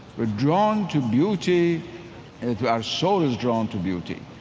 we're drawn to beauty and our soul is drawn to beauty.